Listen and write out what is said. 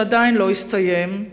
שעדיין לא הסתיים,